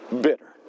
bitter